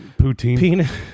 Poutine